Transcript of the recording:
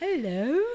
Hello